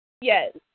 yes